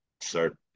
start